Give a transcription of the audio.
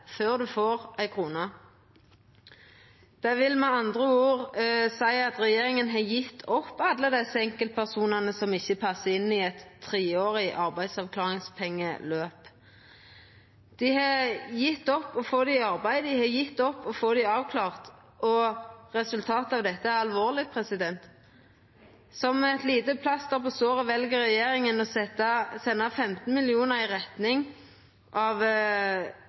før ein får ei krone. Det vil med andre ord seia at regjeringa har gjeve opp alle desse enkeltpersonane som ikkje passar inn i eit treårig arbeidsavklaringspengeløp. Dei har gjeve opp å få dei i arbeid, dei har gjeve opp å få dei avklarte, og resultatet av dette er alvorleg. Som eit lite plaster på såret vel regjeringa å senda 15 mill. kr i retning av